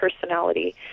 personality